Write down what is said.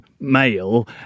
male